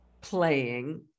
playing